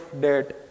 debt